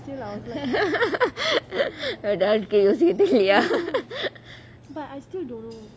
her dad give news